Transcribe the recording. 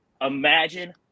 Imagine